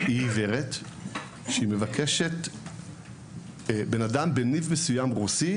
שביקשה שאדם שדובר ניב רוסי מסוים,